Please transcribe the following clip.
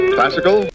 Classical